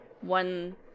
one